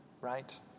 right